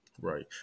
Right